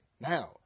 now